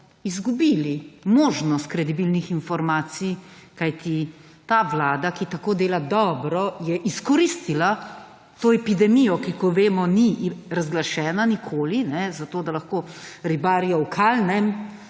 izgubili možnost kredibilnih informacij, kajti ta Vlada, ki tako dela dobro je izkoristila to epidemijo, ki kot vemo ni razglašena nikoli, zato da lahko ribarijo v kalnem